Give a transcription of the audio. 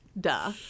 Duh